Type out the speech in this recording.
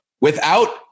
Without-